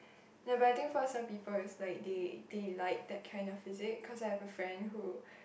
ya but I think for some people is like they they like that kind of physic cause I have a friend who